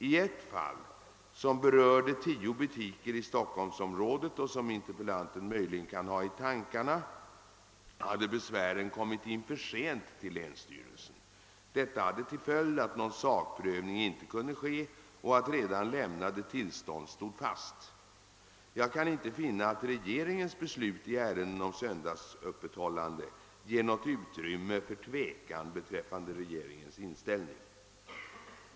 I ett fall, som berörde tio butiker i Stockholmsområdet och som interpellanten möjligen kan ha i tankarna, hade besvären kommit in för sent till länsstyrelsen. Detta hade till följd att någon sakprövning inte kunde ske och att redan lämnade tillstånd stod fast. Jag kan inte finna att regeringens beslut i ärenden om söndagsöppethållande ger något utrymme för tvekan beträffande regeringens inställning.